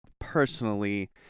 personally